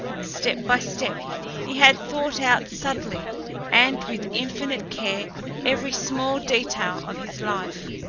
step by step he had thought out subtly and with infinite care every small detail of his life.